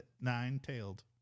Nine-Tailed